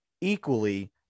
equally